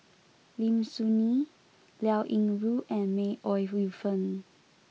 Lim Soo Ngee Liao Yingru and May Ooi Yu Fen